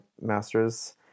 master's